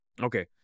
Okay